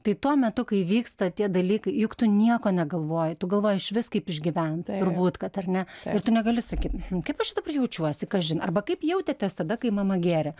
tai tuo metu kai vyksta tie dalykai juk tu nieko negalvoji tu galvoji išvis kaip išgyvent turbūt kad ar ne ir tu negali sakyt kaip aš čia dabar jaučiuosi kažin arba kaip jautėtės tada kai mama gėrė